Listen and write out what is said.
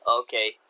Okay